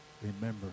remember